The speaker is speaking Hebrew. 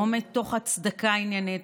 לא מתוך הצדקה עניינית,